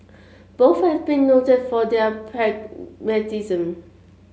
both have been noted for their pragmatism